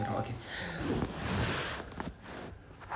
uh okay